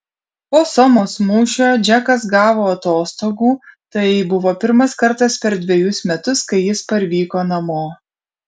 po somos mūšio džekas gavo atostogų tai buvo pirmas kartas per dvejus metus kai jis parvyko namo